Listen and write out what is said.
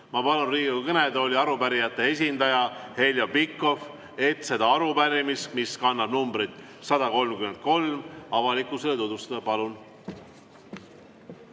Ma palun Riigikogu kõnetooli arupärijate esindaja Heljo Pikhofi, et seda arupärimist, mis kannab numbrit 133, avalikkusele tutvustada. Palun!